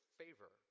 favor